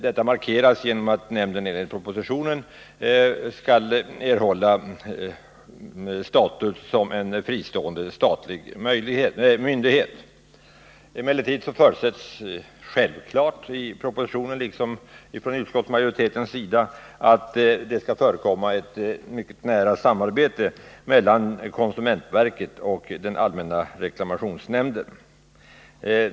Detta markeras genom att nämnden enligt propositionen skall få ställning som fristående statlig myndighet. Självklart förutsätts emellertid i propositionen liksom från utskottsmajoritetens sida att det skall förekomma ett mycket nära samarbete mellan konsumentverket och allmänna reklamationsnämnden.